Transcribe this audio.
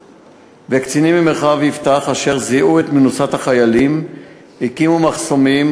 וקצינים ממרחב יפתח אשר זיהו את מנוסת החיילים הקימו מחסומים,